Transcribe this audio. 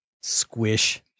Squish